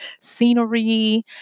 scenery